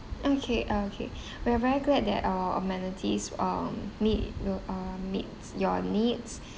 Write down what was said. okay okay we are very glad that our amenities um meet your um meets your needs